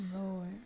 Lord